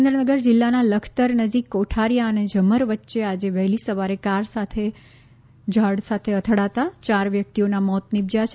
સુરેન્દ્રનગર જીલ્લાના લખતર નજીક કોઠારીયા અને ઝમર વચ્ચે આજે વહેલી સવારે કાર ઝાડ સાથે અથડાતા ચાર વ્યકતિઓના મોત નિપજયા છે